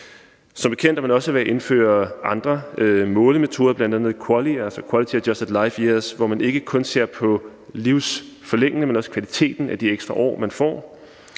Som bekendt er man også ved at indføre andre målemetoder, bl.a. QALY, altså Quality-adjusted life-years, hvor man ikke kun ser på det livsforlængende, men også på kvaliteten af de ekstra år, man får.